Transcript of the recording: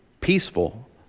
peaceful